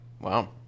Wow